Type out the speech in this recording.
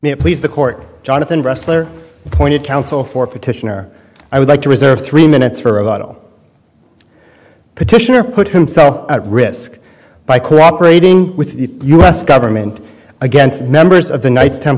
it please the court jonathan ressler pointed counsel for petitioner i would like to reserve three minutes for about a petition or put himself at risk by cooperating with the u s government against members of the knights temp